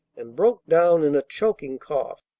and broke down in a choking cough.